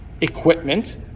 equipment